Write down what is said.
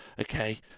okay